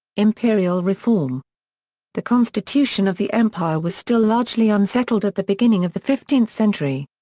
imperial reform the constitution of the empire was still largely unsettled at the beginning of the fifteenth century.